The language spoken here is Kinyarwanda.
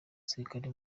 gisirikare